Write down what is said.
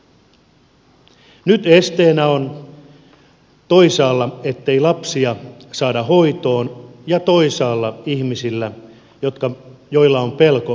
nyt esteenä on toisaalta ettei lapsia saada hoitoon ja toisaalta ihmisillä on pelko menettää kotihoidon tuki